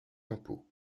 impôt